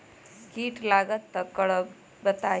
कीट लगत त क करब बताई?